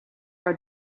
are